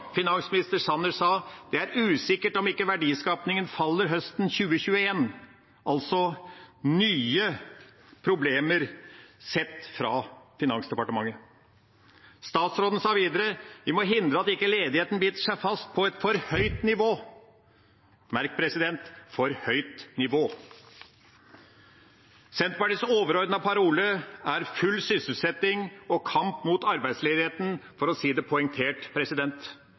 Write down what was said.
Finansminister Sanner sa at det er usikkert om ikke verdiskapingen faller høsten 2021 – altså nye problemer sett fra Finansdepartementet. Statsråden sa videre at vi må hindre at ledigheten biter seg fast på et for høyt nivå – merk: for høyt nivå. Senterpartiets overordnede parole er full sysselsetting og kamp mot arbeidsledigheten, for å si det poengtert.